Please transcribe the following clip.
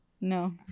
No